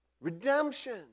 Redemption